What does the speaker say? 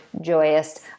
joyous